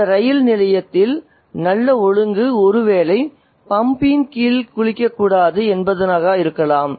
இந்த ரயில் நிலையத்தில் நல்ல ஒழுங்கு ஒருவேளை பம்பின் கீழ் குளிக்கக்கூடாது என்பதாக இருக்கலாம்